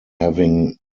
having